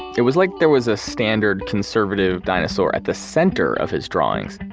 it was like there was a standard conservative dinosaur at the center of his drawings,